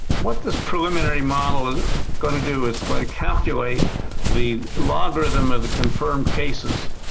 what this preliminary model is gonna do, it's gonna calculate the logarithm of the confirmed cases.